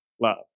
love